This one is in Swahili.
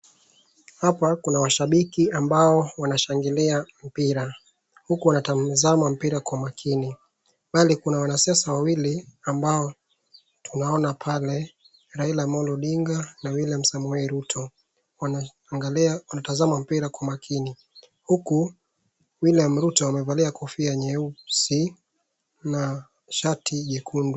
Hapa kuna washabiki ambao wanashangilia mpira huku wanatazama mpira kwa makini. Pale kuna wanasiasa wawili ambao tunaoana pale Raila Amollo Odinga na William Somei Ruto, wanatazama mpira kwa makini huku Willima Ruto amevalia kofia nyeusi na shati jekundu.